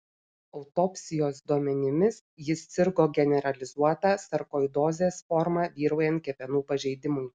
autopsijos duomenimis jis sirgo generalizuota sarkoidozės forma vyraujant kepenų pažeidimui